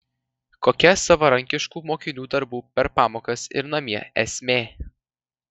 kokia savarankiškų mokinių darbų per pamokas ir namie esmė